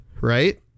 Right